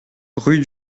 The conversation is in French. rue